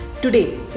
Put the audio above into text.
Today